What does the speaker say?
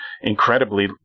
incredibly